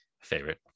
favorite